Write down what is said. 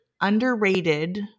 underrated